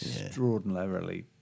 Extraordinarily